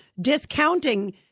discounting